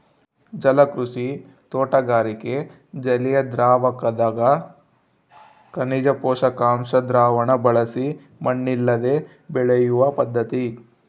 ಜಲಕೃಷಿ ತೋಟಗಾರಿಕೆ ಜಲಿಯದ್ರಾವಕದಗ ಖನಿಜ ಪೋಷಕಾಂಶ ದ್ರಾವಣ ಬಳಸಿ ಮಣ್ಣಿಲ್ಲದೆ ಬೆಳೆಯುವ ಪದ್ಧತಿ